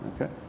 Okay